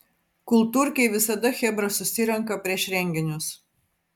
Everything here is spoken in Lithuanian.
kultūrkėj visada chebra susirenka prieš renginius